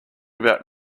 about